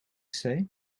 say